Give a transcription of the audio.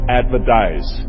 advertise